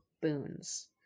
boons